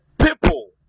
people